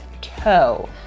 toe